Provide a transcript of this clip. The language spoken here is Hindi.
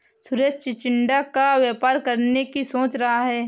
सुरेश चिचिण्डा का व्यापार करने की सोच रहा है